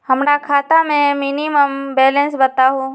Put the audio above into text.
हमरा खाता में मिनिमम बैलेंस बताहु?